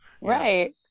Right